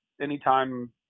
anytime